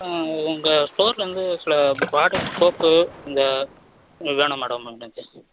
ம் உங்கள் ஸ்டோர்லிருந்து சில ப்ராடக்ட் சோப் இந்த